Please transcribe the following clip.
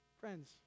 Friends